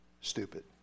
stupid